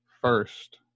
first